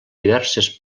diverses